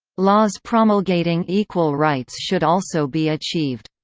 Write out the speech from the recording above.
laws promulgating equal rights should also be achieved.